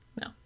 No